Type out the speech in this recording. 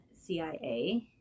CIA